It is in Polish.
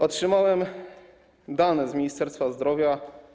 Otrzymałem dane z Ministerstwa Zdrowia.